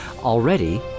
Already